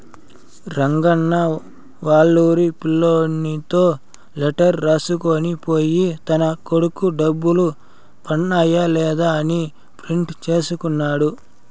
రంగన్న వాళ్లూరి పిల్లోనితో లెటర్ రాసుకొని పోయి తన కొడుకు డబ్బులు పన్నాయ లేదా అని ప్రింట్ తీసుకున్నాడు